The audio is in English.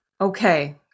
Okay